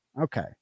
okay